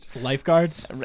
lifeguards